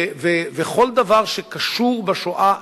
וכל דבר שקשור בשואה,